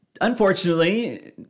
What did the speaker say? unfortunately